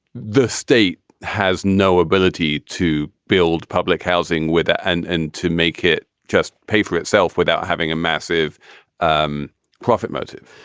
the state has no ability to build public housing with it and and to make it just pay for itself without having a massive um profit motive?